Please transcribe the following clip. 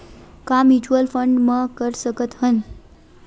का mutual fund म कर सकत हन?